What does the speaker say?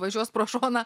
važiuos pro šoną